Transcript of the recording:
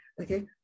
Okay